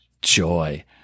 joy